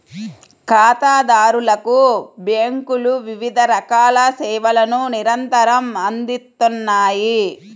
ఖాతాదారులకు బ్యేంకులు వివిధ రకాల సేవలను నిరంతరం అందిత్తన్నాయి